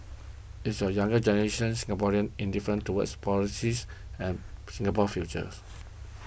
is the younger generation Singaporeans indifferent towards politics and Singapore's futures